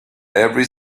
every